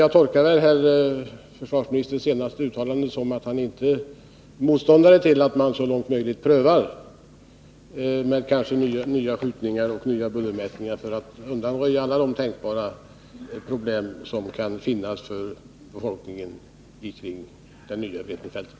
Jag tolkade försvarsministerns senaste uttalande så, att han inte är motståndare till att man t.ex. gör nya provskjutningar och i samband med dessa så grundliga bullermätningar som möjligt för att undanröja alla tänkbara problem för befolkningen i anslutning till det nya Vretenfältet.